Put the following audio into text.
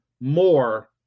more